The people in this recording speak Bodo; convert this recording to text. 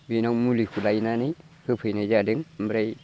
बेनाव मुलिखौ लायनानै होफैनाय जादों ओमफ्राय